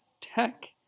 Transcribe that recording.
Tech